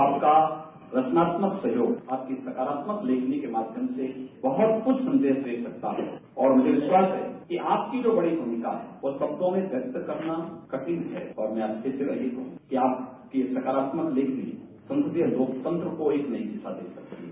आपका रचनात्मक सहयोग आपकी सकारात्मक लेखनी के माध्यम से बहुत कुछ संदेश दे सकती है और मुझे विश्वास है कि जो आपकी बड़ी भूमिका है वह शब्दों में व्यक्त करना कठिन है और मैं आपसे केवल यही कहूंगा कि आपकी सकारात्मक लेखनी संसदीय लोकतंत्र को एक नई दिशा दे सकती है